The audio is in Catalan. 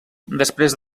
després